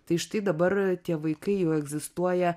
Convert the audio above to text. tai štai dabar tie vaikai jau egzistuoja